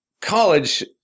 college